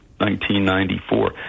1994